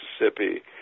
Mississippi